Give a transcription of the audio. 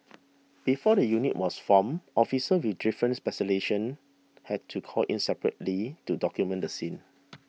before the unit was formed officers with different had to called in separately to document the scene